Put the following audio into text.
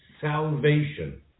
salvation